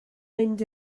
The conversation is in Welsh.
mynd